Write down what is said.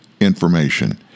information